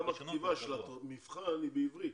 גם הכתיבה של המבחן היא בעברית,